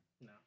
No